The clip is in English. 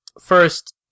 first